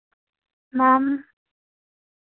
ma'am